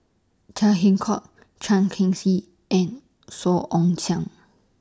Chia Keng Hock Tan Cheng Kee and Song Ong Siang